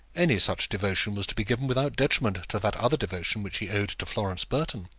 any such devotion was to be given without detriment to that other devotion which he owed to florence burton.